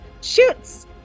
shoots